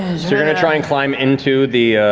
you're going to try and climb into the